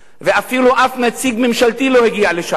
ואף נציג ממשלתי לא הגיע לשם.